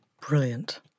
Brilliant